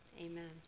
amen